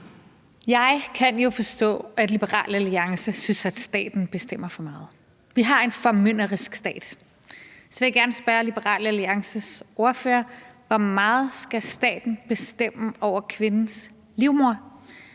Jeg kan jo forstå, at Liberal Alliance synes, at staten bestemmer for meget, og at vi har en formynderisk stat. Så jeg vil gerne spørge Liberal Alliances ordfører: Hvor meget skal staten bestemme over kvindens livmoder?